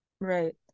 Right